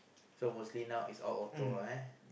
so mostly now is all auto ah